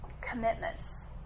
commitments